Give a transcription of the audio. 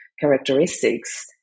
characteristics